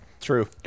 True